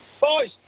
Boys